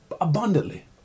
abundantly